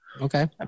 Okay